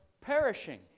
perishing